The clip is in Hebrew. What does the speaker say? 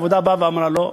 העבודה באה ואמרה: לא,